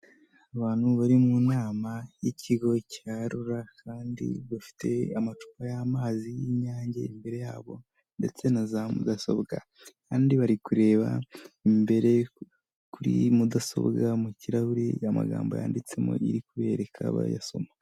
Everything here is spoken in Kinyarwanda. Abantu bari mu nama y'ikigo cya rura, kandi bafite amacupa y'amazi y'inyange imbere yabo, ndetse na za mudasobwa, kandi bari kureba imbere kuri mudasobwa mu kirahuri y'amagambo yanditsemo iri kuberereka bayasoma.